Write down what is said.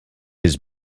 his